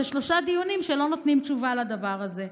זה שלושה דיונים שלא נותנים תשובה על הדבר הזה.